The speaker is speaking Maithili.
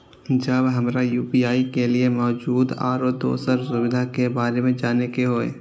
जब हमरा यू.पी.आई के लिये मौजूद आरो दोसर सुविधा के बारे में जाने के होय?